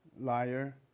liar